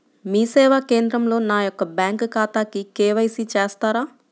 మీ సేవా కేంద్రంలో నా యొక్క బ్యాంకు ఖాతాకి కే.వై.సి చేస్తారా?